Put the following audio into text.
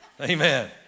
Amen